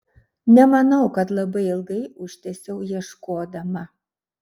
nemanau kad labai ilgai užtęsiau ieškodama